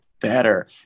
better